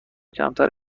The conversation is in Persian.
کمتر